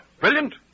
Brilliant